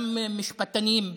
גם משפטנים,